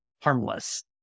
harmless